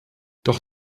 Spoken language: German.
doch